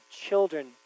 children